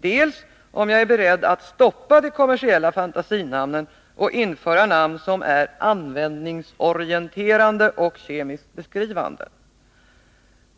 dels om jag är beredd att stoppa de kommersiella fantasinamnen och införa namn som är användningsorienterade och kemiskt beskrivande.